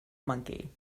monkey